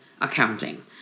accounting